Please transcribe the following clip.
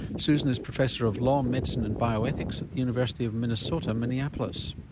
susan is professor of law, medicine and bioethics at the university of minnesota, minneapolis.